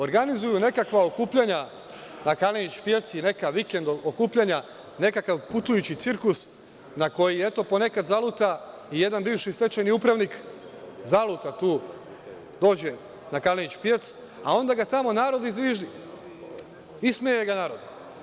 Organizuju nekakva okupljanja na Kalenić pijaci, neka vikend okupljanja, nekakav putujući cirkus, na koji, eto, ponekad zaluta i jedan bivši stečajni upravnik, zaluta tu, dođe na Kalenić pijac, a onda ga tamo narod izviždi, ismeje ga narod.